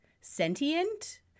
sentient